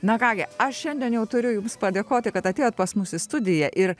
na ką gi aš šiandien jau turiu jums padėkoti kad atėjot pas mus į studiją ir